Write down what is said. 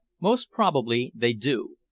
most probably they do.